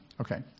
okay